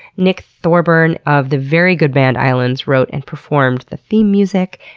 nick thorburn of the very good band, islands, wrote and performed the theme music.